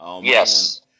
Yes